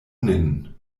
nin